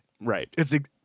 Right